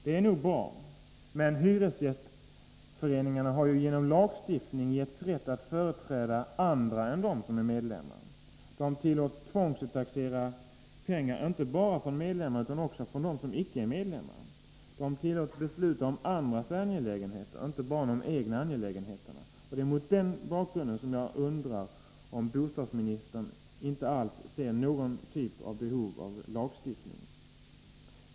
Det är nog bra, men hyresgästföreningarna har ju genom lagstiftning getts rätt att företräda andra än dem som är medlemmar. De tillåts tvångsuttaxera pengar inte bara av medlemmar, utan också av dem som icke är medlemmar. De tillåts besluta om andras angelägenheter, inte bara om de egna angelägenheterna. Det är mot den bakgrunden som jag undrar om bostadsministern inte alls ser behov av någon typ av lagstiftning.